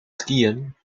skiën